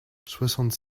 soixante